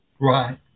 Right